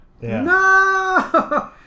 No